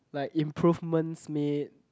like improvements made